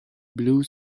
blue